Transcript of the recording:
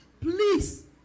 please